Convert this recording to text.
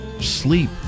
sleep